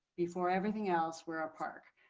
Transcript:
before everything else we're a park,